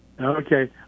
Okay